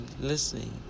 listening